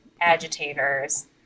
agitators